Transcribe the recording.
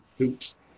Oops